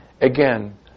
Again